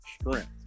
strength